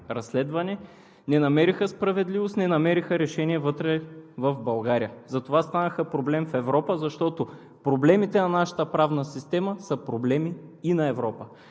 не намериха справедливост, не намериха решение вътре в България и станаха проблем в Европа, защото проблемите на нашата правна система са проблеми и на Европа.